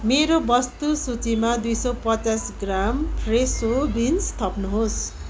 मेरो वस्तु सूचीमा दुई सौ पचास ग्राम फ्रेसो बिन्स थप्नुहोस्